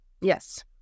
yes